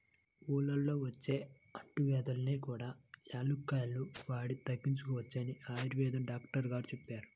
ఊళ్ళల్లో వచ్చే అంటువ్యాధుల్ని కూడా యాలుక్కాయాలు వాడి తగ్గించుకోవచ్చని ఆయుర్వేదం డాక్టరు గారు చెప్పారు